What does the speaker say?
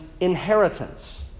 inheritance